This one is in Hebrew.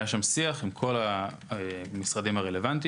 היה שם שיח עם כל המשרדים הרלוונטיים.